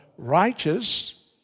righteous